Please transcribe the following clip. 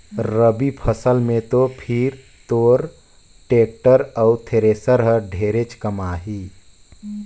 रवि फसल मे तो फिर तोर टेक्टर अउ थेरेसर हर ढेरेच कमाही